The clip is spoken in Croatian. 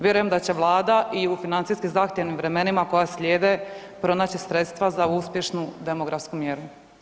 Vjerujem da će vlada i u financijski zahtjevnim vremenima koja slijede pronaći sredstva za uspješnu demografsku mjeru.